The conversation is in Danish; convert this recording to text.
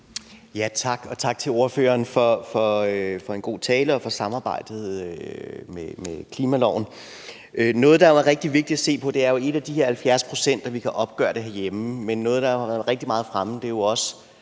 tak til ordføreren for en god tale og for samarbejdet om klimaloven. Noget, der er rigtig vigtigt, er jo, at ét er de her 70 pct., som vi kan opgøre herhjemme. Men noget andet, der har været rigtig meget fremme, er jo også